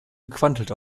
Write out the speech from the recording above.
gequantelt